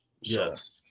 Yes